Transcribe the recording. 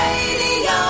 Radio